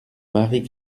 marie